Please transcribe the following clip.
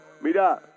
mira